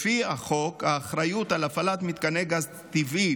לפי החוק האחריות על הפעלת מתקני גז טבעי